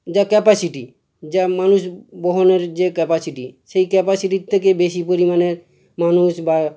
যা ক্যাপাসিটি যা মানুষ বহনের যে ক্যাপাসিটি সেই ক্যাপাসিটির থেকে বেশি পরিমাণে মানুষ বা